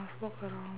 must walk around